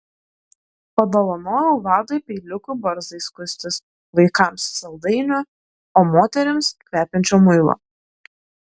padovanojau vadui peiliukų barzdai skustis vaikams saldainių o moterims kvepiančio muilo